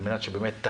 על מנת שיכשיר